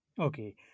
Okay